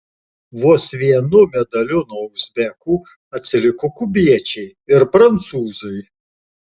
vos vienu medaliu nuo uzbekų atsiliko kubiečiai ir prancūzai